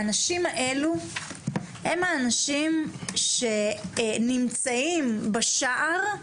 האנשים האלו הם האנשים שנמצאים בשער,